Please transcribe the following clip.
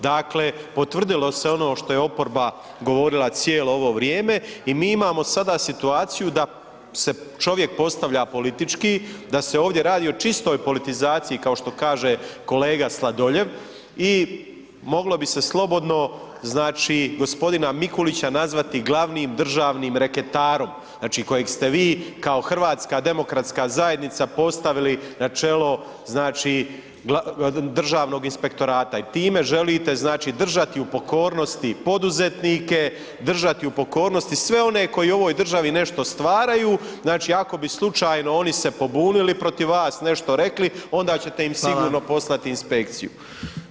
Dakle potvrdilo se ono što je oporba govorila cijelo ovo vrijeme i mi imamo sada situaciju da se čovjek postavlja politički, da se ovdje radi o čistoj politizaciji kao što kaže kolega Sladoljev i moglo bi se slobodno znači g. Mikulića nazvati glavnim državni reketarom znači kojeg ste vi kao HDZ postavili na čelo Državnog inspektorata i time želite držati u pokornosti poduzetnike, držati u pokornosti sve one koji u ovoj državi nešto stvaraju, znači ako bi slučajno oni se pobunili protiv vas, nešto rekli onda ćete im sigurno poslati inspekciju.